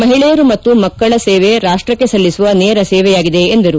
ಮಹಿಳೆಯರು ಮತ್ತು ಮಕ್ಕಳ ಸೇವೆ ರಾಷ್ಟಕ್ಕೆ ಸಲ್ಲಿಸುವ ನೇರ ಸೇವೆಯಾಗಿದೆ ಎಂದರು